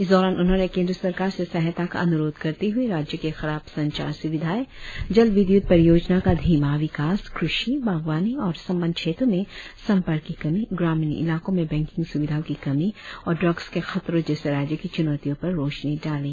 इस दौरान उन्होंने केंद्र सरकार से सहायता का अनुरोध करते हुए राज्य के खराब संचार सुविधांए जल विद्युत परियोजना का धीमा विकास कृषि बाग़वानी और संबद्ध क्षेत्रों में संपर्क की कमी ग्रामीण इलाकों में बैंकिंग सुविधाओं की कमी और ड्रग्स के खतरों जैसे राज्य की चुनौतियों पर रोशनी डाली